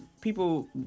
People